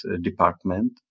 department